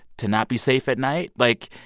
to not be safe at night? like,